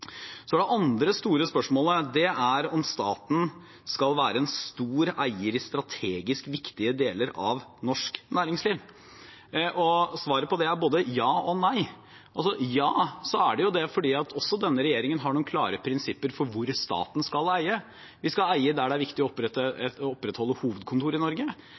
Det andre store spørsmålet er om staten skal være en stor eier i strategisk viktige deler av norsk næringsliv. Svaret på det er både ja og nei. Ja – fordi også denne regjeringen har noen klare prinsipper for hvor staten skal eie. Vi skal eie der det er viktig å opprettholde hovedkontor i Norge.